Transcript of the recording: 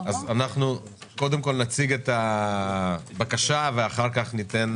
נציג את הבקשה ואז ניתן